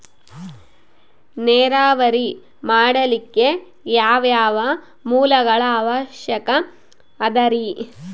ನೇರಾವರಿ ಮಾಡಲಿಕ್ಕೆ ಯಾವ್ಯಾವ ಮೂಲಗಳ ಅವಶ್ಯಕ ಅದರಿ?